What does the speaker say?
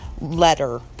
letter